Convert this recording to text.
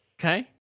Okay